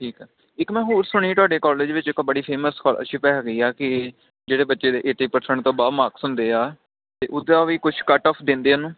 ਠੀਕ ਹੈ ਇੱਕ ਮੈਂ ਹੋਰ ਸੁਣੀ ਤੁਹਾਡੇ ਕਾਲਜ ਵਿੱਚ ਬੜੀ ਫੇਮਸ ਸਕੋਲਰਸ਼ਿਪ ਹੈਗੀ ਆ ਕਿ ਜਿਹੜੇ ਬੱਚੇ ਦੇ ਏਟੀ ਪ੍ਰਸੈਂਟ ਤੋਂ ਅਬੱਵ ਮਾਰਕਸ ਹੁੰਦੇ ਆ ਅਤੇ ਉਹਦਾ ਵੀ ਕੁਛ ਕੱਟ ਓਫ ਦਿੰਦੇ ਉਹਨੂੰ